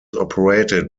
operated